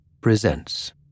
presents